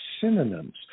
synonyms